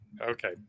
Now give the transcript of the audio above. okay